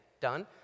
done